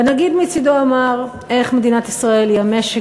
והנגיד מצדו אמר איך מדינת ישראל היא המשק,